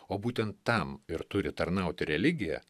o būtent tam ir turi tarnauti religija